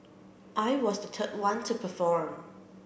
I was the third one to perform